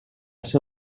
ser